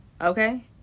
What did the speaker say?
Okay